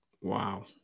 Wow